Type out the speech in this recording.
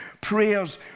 prayers